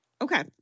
okay